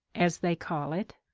as they call it,